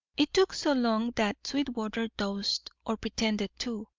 it took so long that sweetwater dozed, or pretended to,